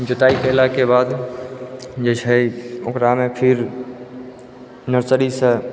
जुताइ कयलाके बाद जे छै ओकरामे फिर नर्सरीसँ